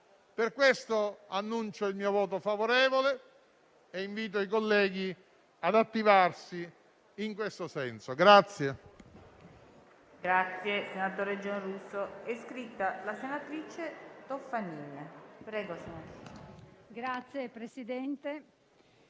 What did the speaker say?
Per questo dichiaro il mio voto favorevole e invito i colleghi ad attivarsi in questo senso.